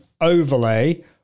overlay